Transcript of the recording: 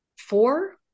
four